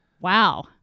wow